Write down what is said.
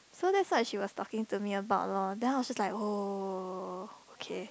so that what's she was talking to me about loh then I also like !whoa! okay